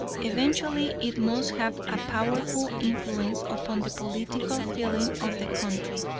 eventually it must have a powerful influence upon the political feeling of the country.